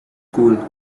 school